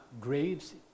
graves